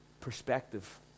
Perspective